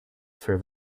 for